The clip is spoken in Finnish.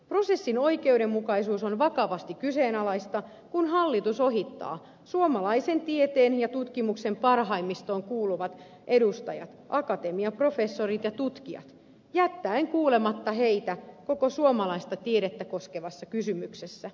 prosessin oikeudenmukaisuus on vakavasti kyseenalaista kun hallitus ohittaa suomalaisen tieteen ja tutkimuksen parhaimmistoon kuuluvat edustajat akatemiaprofessorit ja tutkijat jättäen kuulematta heitä koko suomalaista tiedettä koskevassa kysymyksessä